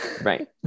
right